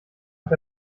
hat